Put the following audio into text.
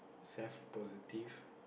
self positive